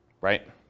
right